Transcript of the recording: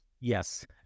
Yes